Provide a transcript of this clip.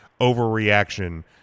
overreaction